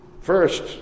first